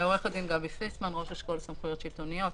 אני ראש אשכול סמכויות שלטוניות,